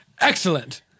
Excellent